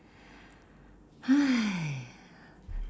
!hais!